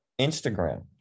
Instagram